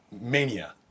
Mania